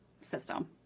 system